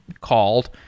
called